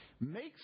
makes